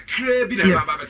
yes